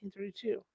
1932